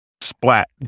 Splat